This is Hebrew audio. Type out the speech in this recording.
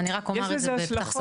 אני רק אומר את זה בסוגריים.